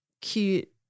cute